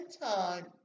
time